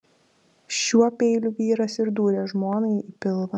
šiuo peiliu vyras ir dūrė žmonai į pilvą